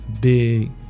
big